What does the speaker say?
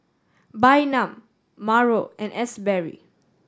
Bynum Marco and Asberry